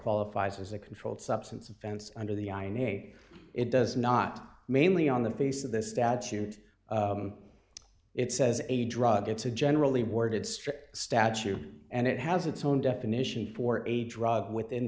qualifies as a controlled substance offense under the i name it does not mainly on the face of the statute it says a drug it's a generally worded strip statute and it has its own definition for a drug within